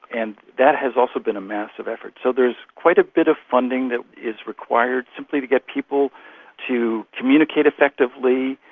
and that has also been a massive effort. so there's quite a bit of funding that is required simply to get people to communicate effectively,